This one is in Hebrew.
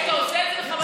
כי אתה עושה את זה בכוונה,